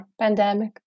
pandemic